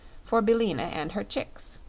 for billina and her chicks.